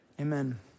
amen